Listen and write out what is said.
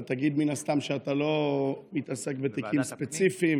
אתה תגיד מן הסתם שאתה לא מתעסק בתיקים ספציפיים,